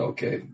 Okay